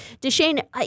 DeShane